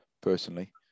personally